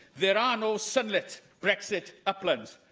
there are no sunlit brexit uplands.